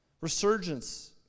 Resurgence